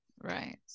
Right